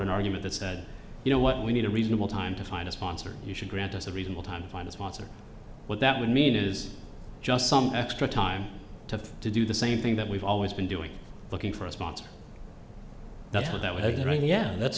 an argument that said you know what we need a reasonable time to find a sponsor you should grant us a reasonable time to find a sponsor what that would mean is just some extra time to to do the same thing that we've always been doing looking for a sponsor